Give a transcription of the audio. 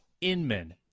Inman